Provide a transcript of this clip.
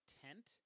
tent